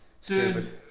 Stupid